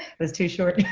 was too short?